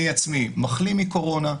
אני עצמי מחלים מקורונה,